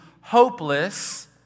hopeless